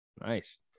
nice